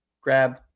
grab –